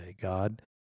God